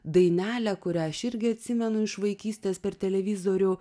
dainelę kurią aš irgi atsimenu iš vaikystės per televizorių